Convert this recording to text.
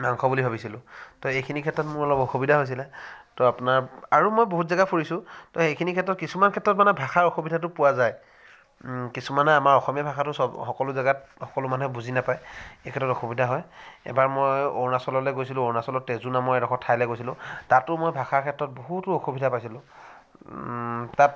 মাংস বুলি ভাবিছিলোঁ তো এইখিনি ক্ষেত্ৰত মোৰ অলপ অসুবিধা হৈছিলে তো আপোনাৰ আৰু মই বহুত জেগা ফুৰিছোঁ তো এইখিনি ক্ষেত্ৰত কিছুমান ক্ষেত্ৰত মানে ভাষাৰ অসুবিধাটো পোৱা যায় কিছুমানে আমাৰ অসমীয়া ভাষাটো চব সকলো জেগাত সকলো মানুহে বুজি নাপায় সেই ক্ষেত্ৰত অসুবিধা হয় এবাৰ মই অৰুণাচললৈ গৈছিলোঁ অৰুণাচলৰ তেজু নামৰ এডোখৰ ঠাইলৈ গৈছিলোঁ তাতো মই ভাষাৰ ক্ষেত্ৰত বহুতো অসুবিধা পাইছিলোঁ তাত